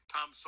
Tom